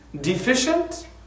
deficient